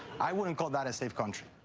i wouldn't call that a safe country.